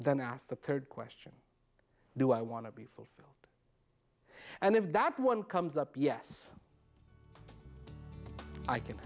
then asked the third question do i want to be fulfilled and if that one comes up yes i can